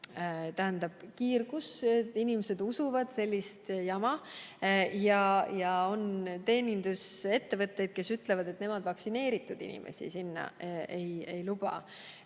vaktsineerimiskiirgusest, inimesed usuvad sellist jama, ja on teenindusettevõtteid, kes ütlevad, et nemad vaktsineeritud inimesi sinna ei luba.